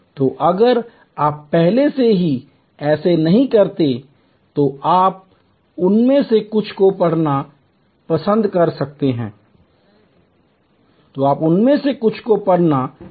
तो अगर आप पहले से ही ऐसा नहीं करते हैं तो आप उनमें से कुछ को पढ़ना पसंद कर सकते हैं